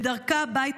רק ארבעה חודשים,